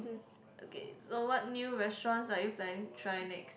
okay so what new restaurants are you planning to try next